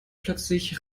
plötzlich